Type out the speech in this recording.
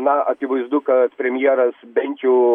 na akivaizdu kad premjeras bent jau